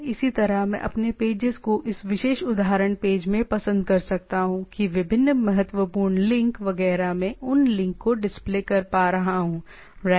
इसी तरह मैं अपने पेजेस को इस विशेष उदाहरण पेज में पसंद कर सकता हूं कि विभिन्न महत्वपूर्ण लिंक वगैरह मैं उन लिंक को डिस्प्ले कर पा रहा हूं राइट